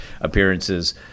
appearances